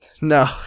no